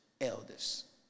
elders